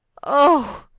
oh,